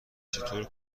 چطور